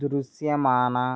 దృశ్యమాన